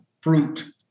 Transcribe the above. fruit